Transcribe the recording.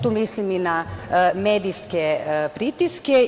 Tu mislim i na medijske pritiske.